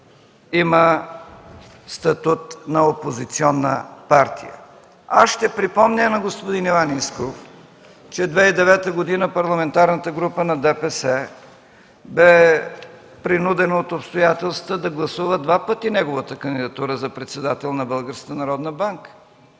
има статут на опозиционна партия. Аз ще припомня на господин Иван Искров, че през 2009 г. Парламентарната група на ДПС бе принудена от обстоятелствата да гласува два пъти неговата кандидатура за председател на